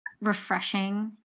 refreshing